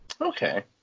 Okay